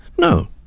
No